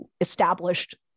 established